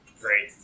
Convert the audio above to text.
Great